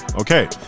Okay